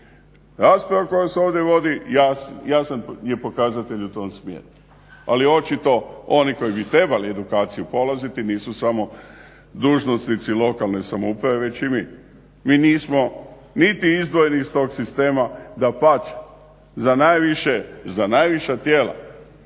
Rasprava koja ovdje vodi jasan je pokazatelj u tom smjeru. Ali očito oni koji bi trebali edukaciju polaziti nisu samo dužnosnici lokalne samouprave već i mi. Mi nismo niti izdvojeni iz tog sistema dapače, za najviša tijela